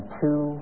two